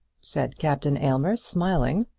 said captain aylmer, smiling.